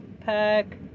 pack